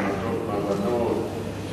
מעמדות מעמדות,